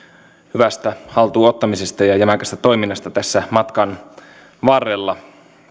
hyvästä haltuun ottamisesta ja jämäkästä toiminnasta tässä matkan varrella